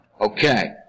Okay